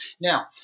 Now